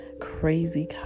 crazy